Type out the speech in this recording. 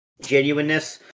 genuineness